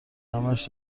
همش